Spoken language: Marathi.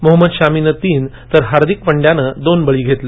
मोहमद शामीने तीन तर हार्दिक पंड्याने दोन बळी घेतले